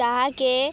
ତାହାକେ